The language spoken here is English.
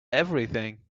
everything